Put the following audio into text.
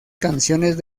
canciones